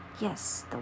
Yes